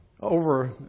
over